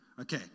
Okay